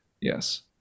yes